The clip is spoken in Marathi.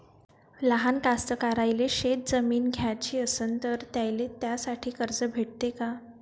लहान कास्तकाराइले शेतजमीन घ्याची असन तर त्याईले त्यासाठी कर्ज भेटते का?